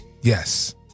Yes